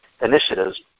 initiatives